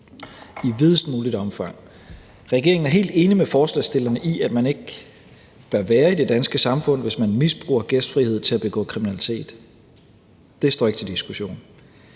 i videst muligt omfang. Regeringen er helt enig med forslagsstillerne i, at man ikke bør være i det danske samfund, hvis man misbruger gæstfrihed til at begå kriminalitet. Det står ikke til diskussion.